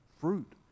fruit